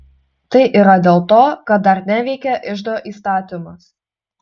tai yra dėl to kad dar neveikia iždo įstatymas